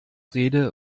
rede